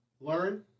learn